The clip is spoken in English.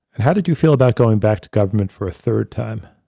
and how did you feel about going back to government for a third time?